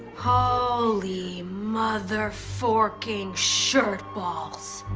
holy motherforking shirtballs.